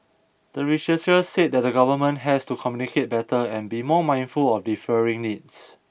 the researchers said that the Government has to communicate better and be more mindful of differing needs